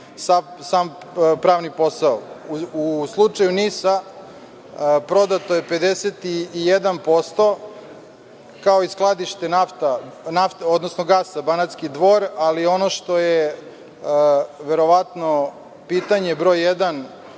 sam pravni posao.U slučaju NIS, prodato je 51%, kao i skladište nafte, odnosno gasa Banatski Dvor, ali ono što je verovatno pitanje broj